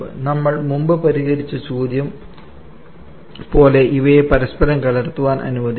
നമ്മൾ മുൻപ് പരിഹരിച്ച ചോദ്യം പോലെ ഇവയെ പരസ്പരം കലർത്താൻ അനുവദിക്കുന്നു